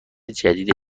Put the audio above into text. جدید